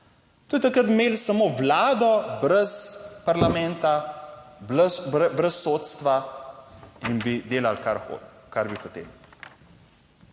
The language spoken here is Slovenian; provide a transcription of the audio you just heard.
To je tako kot imeli samo Vlado brez parlamenta. Brez sodstva in bi delali, kar bi hoteli.